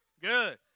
Good